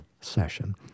session